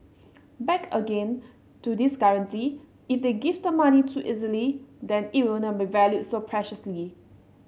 back again to this guarantee if they give the money too easily then it will not be valued so preciously